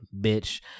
bitch